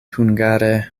hungare